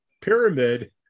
pyramid